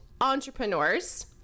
entrepreneurs